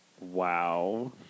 Wow